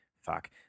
Fuck